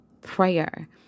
prayer